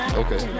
okay